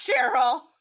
Cheryl